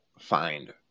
find